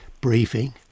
briefing